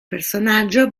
personaggio